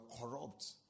corrupt